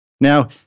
Now